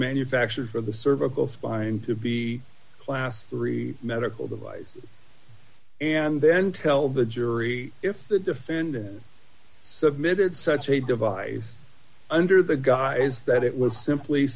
manufactured for the cervical spine to be a class three medical device and then tell the jury if the defendant submitted such a device under the guise that it was simply